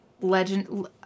Legend